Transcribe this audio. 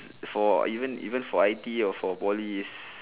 for even even for I_T_E or for poly is